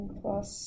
plus